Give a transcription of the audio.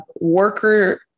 worker